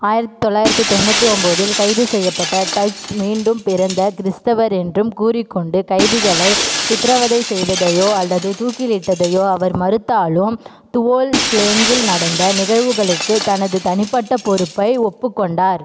ஆயிரத் தொள்ளாயிரத்தி தொண்ணுத்தி ஒம்போதில் கைது செய்யப்பட்ட டச் மீண்டும் பிறந்த கிறிஸ்தவர் என்றும் கூறிக்கொண்டு கைதிகளை சித்திரவதை செய்வதையோ அல்லது தூக்கிலிட்டதையோ அவர் மறுத்தாலும் துவோல் ஸ்லேங்கில் நடந்த நிகழ்வுகளுக்கு தனது தனிப்பட்ட பொறுப்பை ஒப்புக்கொண்டார்